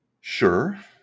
Sure